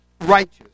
righteous